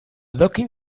looking